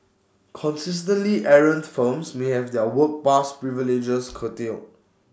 consistently errant firms may have their work pass privileges curtailed